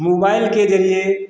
mobile के जरिए